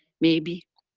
maybe